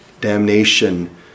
damnation